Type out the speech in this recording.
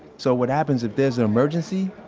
so what happens if there's an emergency,